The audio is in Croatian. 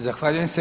Zahvaljujem se.